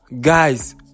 guys